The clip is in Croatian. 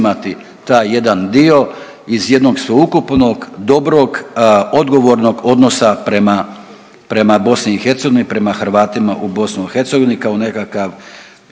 uzimati taj jedan dio iz jednog sveukupnog, dobrog, odgovornog odnosa prema, prema BiH, prema Hrvatima u BiH kao nekakav